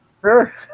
Sure